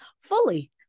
fully